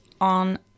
on